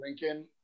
Lincoln